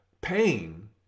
pain